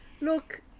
look